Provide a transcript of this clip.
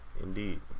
Indeed